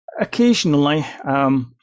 Occasionally